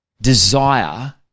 desire